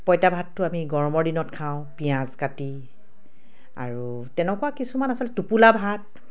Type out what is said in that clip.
পঁইতা ভাতটো আমি গৰমৰ দিনত খাওঁ পিঁয়াজ কাটি আৰু তেনেকুৱা কিছুমান আচলতে টোপোলা ভাত